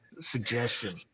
Suggestion